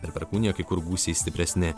per perkūniją kai kur gūsiai stipresni